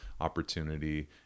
opportunity